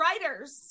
writers